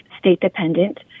state-dependent